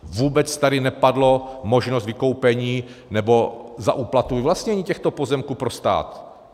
Vůbec tady nepadla možnost vykoupení, nebo za úplatu vyvlastnění těchto pozemků pro stát.